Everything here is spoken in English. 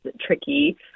tricky